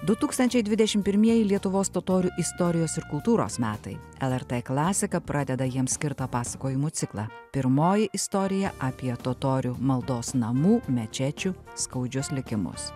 du tūkstančiai dvidešim pirmieji lietuvos totorių istorijos ir kultūros metai lrt klasika pradeda jiem skirtą pasakojimų ciklą pirmoji istorija apie totorių maldos namų mečečių skaudžius likimus